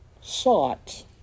sought